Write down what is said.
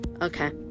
Okay